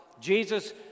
Jesus